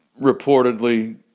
Reportedly